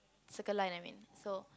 Circle Line I mean